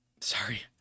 sorry